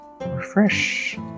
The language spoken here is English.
Refresh